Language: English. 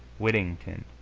whittington,